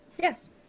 Yes